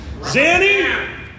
Zanny